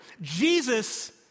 Jesus